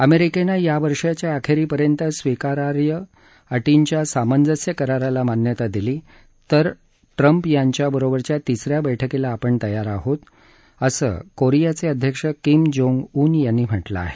अमेरिकेनं या वर्षाच्या अखेरीपर्यंत स्वीकार्य अटीच्या सामंजस्य कराराला मान्यता दिली तर ट्रम्प यांच्याबरोबरच्या तिस या बैठकीला आपण तयार आहोत कोरियाचे अध्यक्ष किम जोंग ऊन यांनी म्हटलं आहे